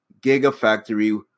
Gigafactory